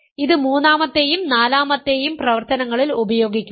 ഇത് മൂന്നാമത്തെയും നാലാമത്തെയും പ്രവർത്തനങ്ങളിൽ ഉപയോഗിക്കുക